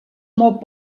molt